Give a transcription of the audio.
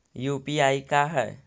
UPI का है?